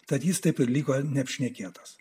tad jis taip ir liko ne apšnekėtas